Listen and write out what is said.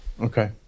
Okay